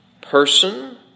person